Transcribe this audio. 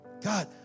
God